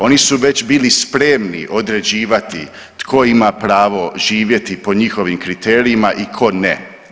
Oni su već bili spremni određivati tko ima pravo živjeti po njihovim kriterijima i tko ne.